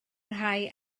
rhai